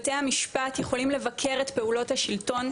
בתי המשפט יכולים לבקר את פעולות השלטון,